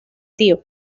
tío